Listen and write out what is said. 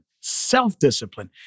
self-discipline